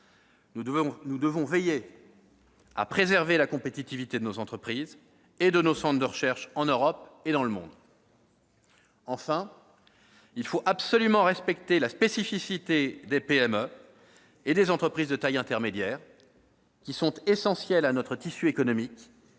Nous devons veiller à préserver la compétitivité de nos entreprises et de nos centres de recherche en Europe et dans le monde. Enfin, il faut absolument respecter la spécificité des PME et des entreprises de taille intermédiaire, qui sont essentielles à notre tissu économique et n'ont